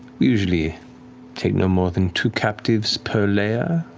usually take no more than two captives per layer,